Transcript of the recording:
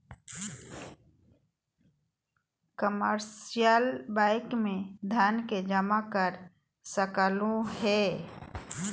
commercial bank में धन के जमा कर सकलु हें